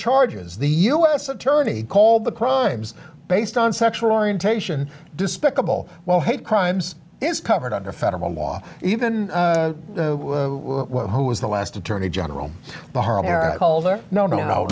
charges the u s attorney called the crimes based on sexual orientation despicable while hate crimes is covered under federal law even one who was the last attorney general